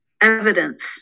evidence